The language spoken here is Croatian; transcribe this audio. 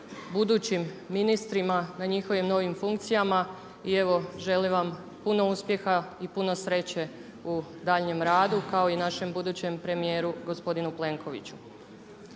budućim ministrima na njihovim novim funkcijama. I evo želim vam puno uspjeha i puno sreće u daljnjem radu kao i našem budućem premijeru gospodinu Plenkoviću.